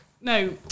No